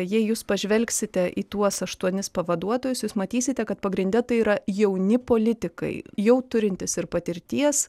jei jūs pažvelgsite į tuos aštuonis pavaduotojus jūs matysite kad pagrinde tai yra jauni politikai jau turintys ir patirties